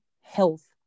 health